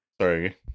Sorry